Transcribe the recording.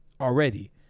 already